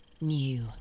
new